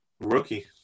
rookie